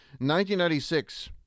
1996